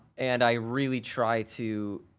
and i really try to,